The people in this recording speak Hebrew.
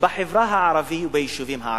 בחברה הערבית וביישובים הערביים.